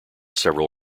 several